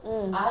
ya